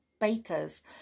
baker's